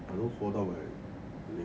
I don't fall down when I blade